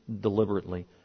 deliberately